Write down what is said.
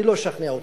אני לא אשכנע אותך.